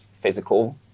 physical